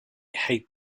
hate